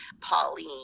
Pauline